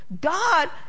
God